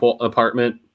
Apartment